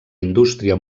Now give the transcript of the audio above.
indústria